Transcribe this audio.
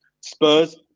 Spurs